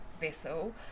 vessel